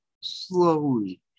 slowly